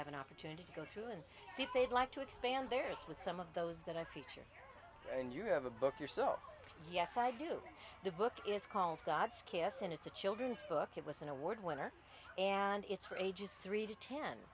have an opportunity to go through and see if they'd like to expand their with some of those that i feature and you have a book yourself yes i do the book is called god's kiss and it's a children's book it was an award winner and it's for ages three to ten